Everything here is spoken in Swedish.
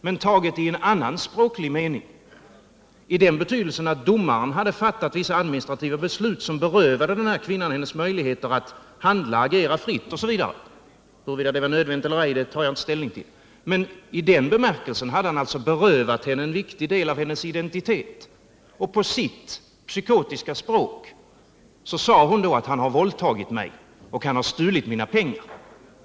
Men taget i en annan språklig mening betydde det att domaren hade fattat vissa administrativa beslut som berövade den här kvinnan hennes möjligheter att handla, att agera fritt osv. — huruvida det var nödvändigt eller ej tar jag inte ställning till. I den bemärkelsen hade domaren alltså berövat kvinnan en viktig del av hennes identitet, och på sitt psykotiska språk sade hon då att han hade våldtagit henne och stulit hennes pengar.